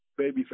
Babyface